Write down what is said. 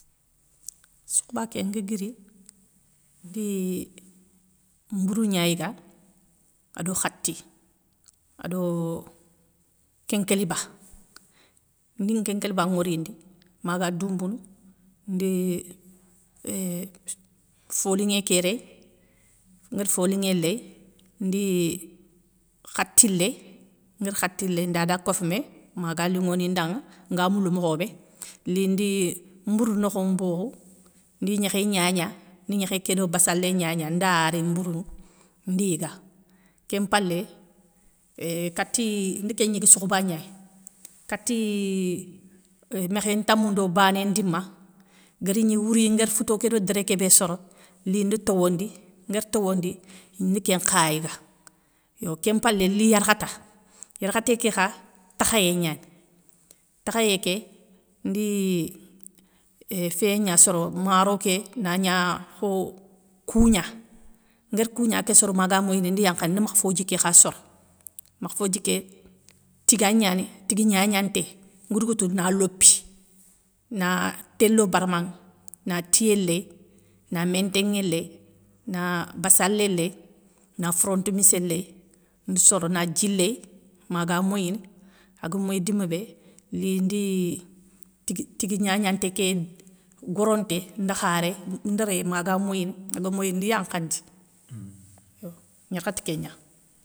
Sokhoba ké nga guiri, ndi mbourou gna yiga ado khati ado kinkéliba, ndi nkinkéliba nworindi maga doumbounou. ndi euuhh folinŋé ké rey, nguéri folinŋé ley, ndi khati ley, nguéri khati léy nda da kofoumé maga linŋi nda ŋa nga moule mokhobé, li ndi mbourou nokho mbokhou, ndi gnékhé gnagna, ndi gnékhé ké do bassalé gnagna nda a ri mourou ŋa ndi yiga. Kén mpalé euuhh kati ndi kén gniga sokhoba gna ya, katii mékhé ntamou ndo bané ndima guéri gni wouri nguéri fouto kédo déré kébé soro, li nda towondi, nguéri towondi, ndi kén nkha yiga yo kén mpalé li yarkhata. Yarkhaté ké kha takhayé gnani, takhayé ké ndi euuhh féyé gna soro maro ké nagna, kho kougna, nguéri kougna ké soro maga moyini ndi yankhandi ndi makhfodji ké kha soro, makhfodji ké, tiga gnani tigue gnagnanté, nga dougouta na lopi, na té lo barama ŋa, na tiyé ley, na métinŋé ley, na bassalé ley na foronto missé ley ndi soro na dji ley, maga moyini, aga moyi dimma bé li ndi tiga gnagnaté ké goronté nda kha rey ndeu rey ma ga moyini, aga moyi nda yankhandi, yo niakhate kéngna.